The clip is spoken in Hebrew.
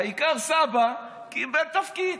העיקר סבא קיבל תפקיד.